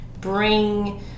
bring